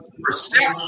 perception